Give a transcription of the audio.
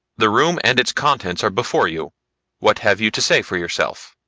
the room and its contents are before you what have you to say for yourself.